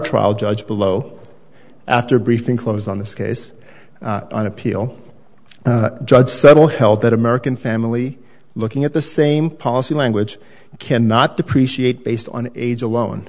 trial judge below after briefing closed on this case on appeal judge several held that american family looking at the same policy language can not depreciate based on age alone